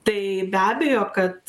tai be abejo kad